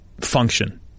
function